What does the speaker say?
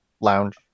lounge